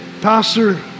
pastor